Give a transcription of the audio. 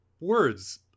words